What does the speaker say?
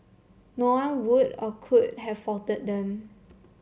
no one would or could have faulted them